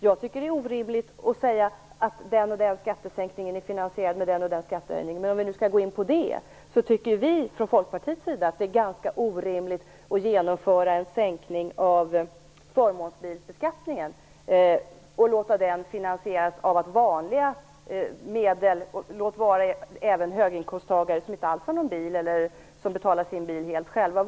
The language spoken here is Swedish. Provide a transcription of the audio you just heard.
Det är orimligt att säga att den och den skattesänkningen är finansierad med den och den skattehöjningen, men om vi nu skall gå in på det anser vi från Folkpartiet att det är ganska orimligt att genomföra en sänkning av förmånsbilsbeskattningen och låta den finansieras av vanliga medelinkomsttagare - och även höginkomsttagare - som inte har någon bil eller som betalar sin bil själva.